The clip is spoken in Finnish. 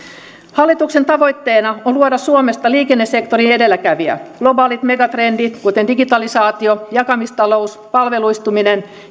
hallituksen tavoitteena on luoda suomesta liikennesektorin edelläkävijä globaalit megatrendit kuten digitalisaatio jakamistalous palveluistuminen